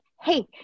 hey